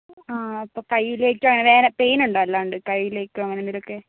ആ അപ്പോൾ കയ്യിലേക്ക് വേറെ പെയിൻ ഉണ്ടോ അല്ലാതെ കയ്യിലേക്ക് അങ്ങനെ എന്തെങ്കിലുമൊക്കെ